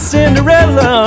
Cinderella